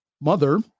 mother